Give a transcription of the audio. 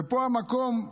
ופה המקום,